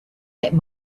that